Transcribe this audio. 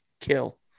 kill